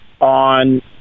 on